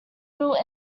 built